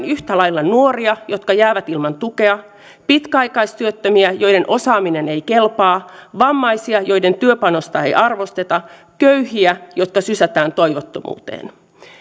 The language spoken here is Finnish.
yhtä lailla nuoria jotka jäävät ilman tukea pitkäaikaistyöttömiä joiden osaaminen ei kelpaa vammaisia joiden työpanosta ei arvosteta köyhiä jotka sysätään toivottomuuteen